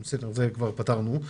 זה כבר פתרנו,